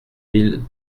mille